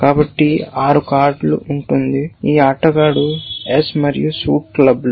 కాబట్టి 6 కార్డు ఉంటుంది ఈ ఆటగాడు ఎస్ మరియు సూట్ క్లబ్బులు